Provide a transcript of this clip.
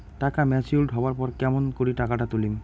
টাকা ম্যাচিওরড হবার পর কেমন করি টাকাটা তুলিম?